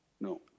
no